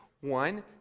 One